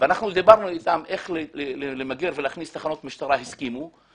דיברנו אתם על איך למגר ולהכניס תחנות משטרה והם הסכימו לכך.